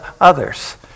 others